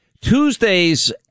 Tuesday's